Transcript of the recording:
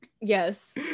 Yes